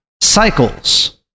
cycles